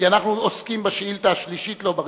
כי אנחנו עוסקים בשאילתא השלישית ולא בראשונה.